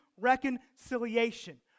reconciliation